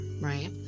right